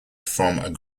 from